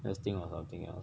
let's think of something else